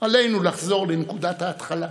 עלינו לחזור לנקודת ההתחלה.